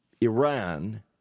Iran